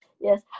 Yes